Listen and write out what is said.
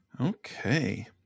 Okay